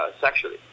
sexually